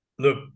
Look